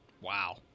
Wow